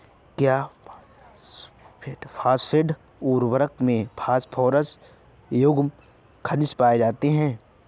क्या फॉस्फेट उर्वरक में फास्फोरस युक्त खनिज पाए जाते हैं?